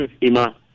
Ima